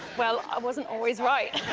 well, i wasn't always right.